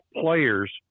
players